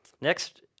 Next